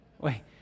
Wait